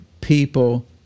people